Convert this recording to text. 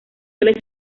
suele